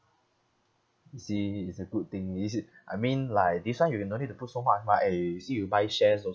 you see it's a good thing you see I mean like this [one] you no need to put so much mah eh you see you buy shares all